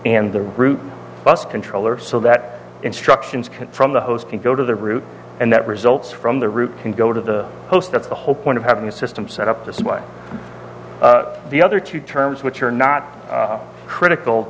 and the root bus controller so that instructions from the host can go to the root and that results from the root can go to the host that's the whole point of having the system set up this way the other two terms which are not critical